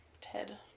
Ted